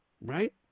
right